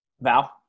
Val